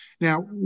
Now